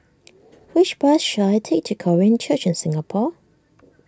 which bus should I take to Korean Church in Singapore